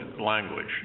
language